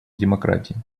демократии